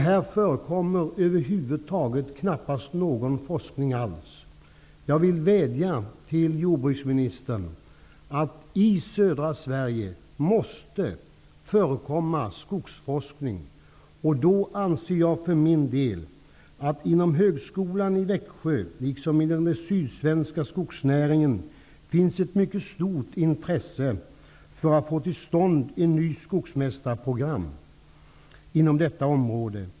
Där förekommer över huvud taget knappast någon forskning alls. Sverige måste förekomma skogsforskning. Jag för min del anser att det inom Högskolan i Växjö liksom i den sydsvenska skogsnäringen finns ett mycket stort intresse för att få till stånd ett nytt skogsmästarprogram.